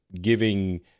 giving